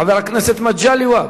חבר הכנסת מגלי והבה,